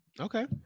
Okay